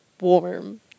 warm